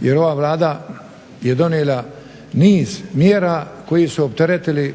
jer ova Vlada je donijela niz mjera koje su opteretile